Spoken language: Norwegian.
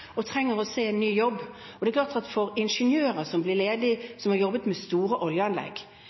og trenger å se en ny jobb. Og det er klart at for ingeniører som blir ledige, som har jobbet med store oljeanlegg,